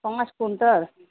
پانچ کٹل